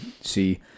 see